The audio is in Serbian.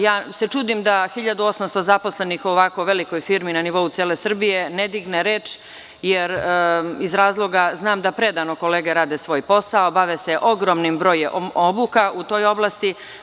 Ja se čudim da 1800 zaposlenih u ovako velikoj firmi na nivou cele Srbije ne digne reč, iz razloga što znam da predano kolege rade svoj posao, a bave se ogromnim brojem obuka u toj oblasti.